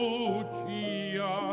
Lucia